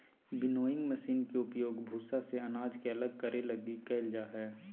winnowing machine के उपयोग भूसा से अनाज के अलग करे लगी कईल जा हइ